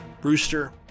Brewster